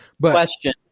Question